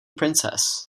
princess